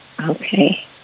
Okay